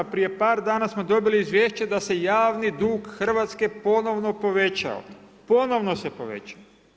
Prije par dana smo dobili izvješće da se javni dug Hrvatske ponovno povećao, ponovno se povećao.